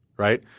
right?